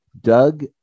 Doug